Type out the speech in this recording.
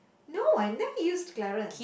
no I never used clarent